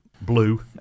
blue